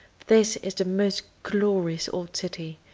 this is the most glorious old city,